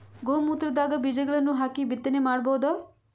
ಗೋ ಮೂತ್ರದಾಗ ಬೀಜಗಳನ್ನು ಹಾಕಿ ಬಿತ್ತನೆ ಮಾಡಬೋದ?